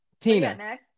Tina